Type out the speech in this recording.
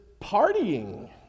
partying